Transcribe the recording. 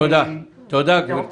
תודה, גברתי.